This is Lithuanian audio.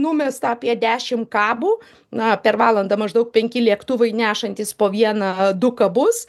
numesta apie dešim kabų na per valandą maždaug penki lėktuvai nešantys po vieną du kabus